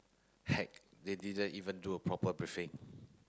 heck they didn't even do a proper briefing